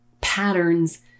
patterns